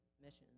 missions